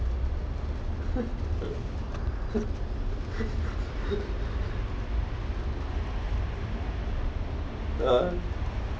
uh